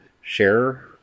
share